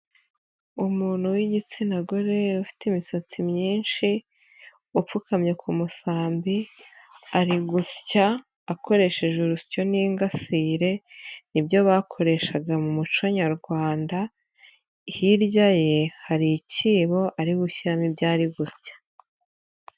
Umuntu w'igitsina gore ufite imisatsi myinshi, upfukamye ku musambi. Ari gusya akoresheje urusyo n'ingasire, nibyo bakoreshaga mu muco nyarwanda, hirya ye, hari icyibo ari gushyamo ibyo ari gusya.